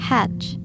Hatch